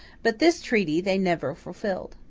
but this treaty they never fulfilled.